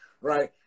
right